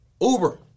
Uber